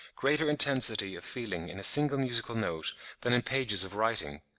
greater intensity of feeling in a single musical note than in pages of writing.